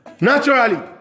naturally